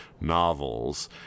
novels